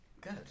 Good